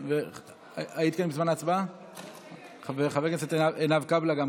גם חברת הכנסת עינב קאבלה.